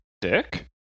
Dick